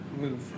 move